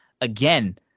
Again